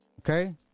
Okay